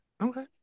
okay